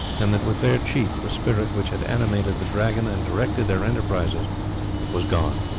and that with their chief the spirit which had animated the dragon and directed their enterprises was gone.